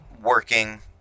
working